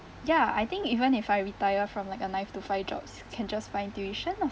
ya I think even if I retire from like a nine to five jobs can just find tuition lah